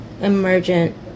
emergent